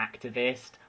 activist